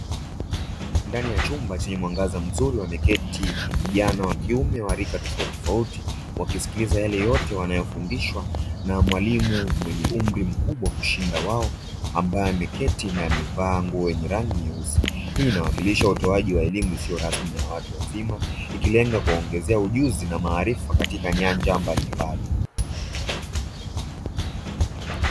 Ndani ya chumba chenye mwangaza mzuri wameketi vijana wa kiume wa rika tofauti tofauti, wakisikiliza yale yote wanayofundishwa na mwalimu mwenye umri mkubwa kushinda wao, ambaye ameketi na amevaa nguo yenye rangi nyeusi. Hii inawakilisha utoaji wa elimu isiyo rasmi kwa watu wazima ikilenga kuongezea ujuzi na maarifa katika nyanja mbalimbali.